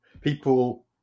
People